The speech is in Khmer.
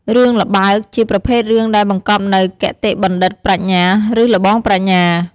រឿងល្បើក ជាប្រភេទរឿងដែលបង្កប់នូវគតិបណ្ឌិត ប្រាជ្ញា ឬល្បងប្រាជ្ញា។